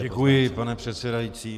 Děkuji, pane předsedající.